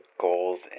goals